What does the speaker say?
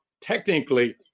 technically